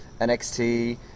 NXT